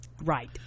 right